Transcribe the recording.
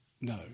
No